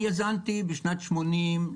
אני יזמתי בשנת '80,